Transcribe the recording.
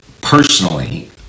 personally